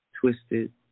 twisted